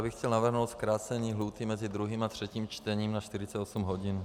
Já bych chtěl navrhnout zkrácení lhůty mezi druhým a třetím čtením na 48 hodin.